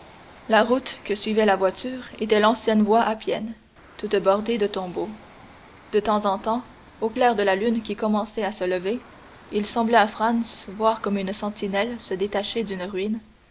la route que suivait la voiture était l'ancienne voie appienne toute bordée de tombeaux de temps en temps au clair de la lune qui commençait à se lever il semblait à franz voir comme une sentinelle se détacher d'une ruine